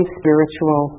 spiritual